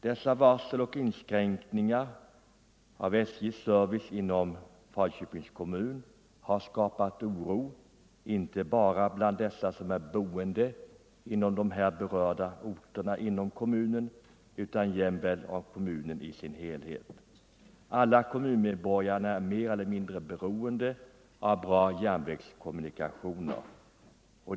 Detta varsel om inskränkningar av SJ:s service inom Falköpings kommun har skapat oro, inte bara bland dem som är boende på de berörda orterna inom kommunen utan i kommunen i dess helhet. Alla kommunmedborgarna är mer eller mindre beroende av bra järnvägskommunikationer.